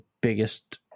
biggest